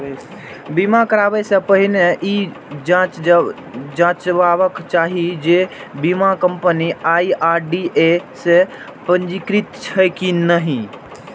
बीमा कराबै सं पहिने ई जांचबाक चाही जे बीमा कंपनी आई.आर.डी.ए सं पंजीकृत छैक की नहि